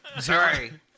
Sorry